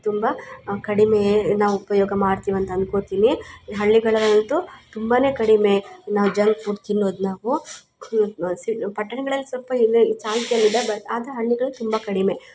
ತುಂಬ ಕಡಿಮೆ ನಾವು ಉಪಯೋಗ ಮಾಡ್ತೀವಂತ ಅನ್ಕೋತೀನಿ ಹಳ್ಳಿಗಳಲ್ಲಂತು ತುಂಬ ಕಡಿಮೆ ನಾವು ಜಂಕ್ ಫುಡ್ ತಿನ್ನೋದು ನಾವು ಸಿ ಪಟ್ಟಣಗಳಲ್ಲಿ ಸ್ವಲ್ಪ ಇನ್ನು ಚಾಲ್ತಿಯಲ್ಲಿದೆ ಬಟ್ ಆದರೆ ಹಳ್ಳಿಗಳಲ್ಲಿ ತುಂಬ ಕಡಿಮೆ